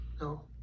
No